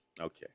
Okay